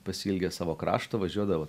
pasiilgę savo krašto važiuodavo